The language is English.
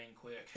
quick